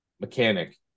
mechanic